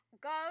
go